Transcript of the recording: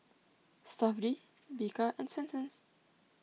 Stuff'd Bika and Swensens